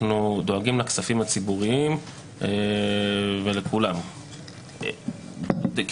אנחנו דואגים לכספים הציבוריים ולכולם כבסיס,